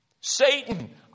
Satan